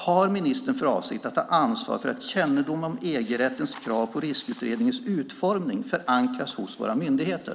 Har ministern för avsikt att ta ansvar för att kännedom om EG-rättens krav på riskutredningars utformning förankras hos våra myndigheter?